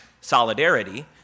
solidarity